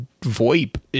VoIP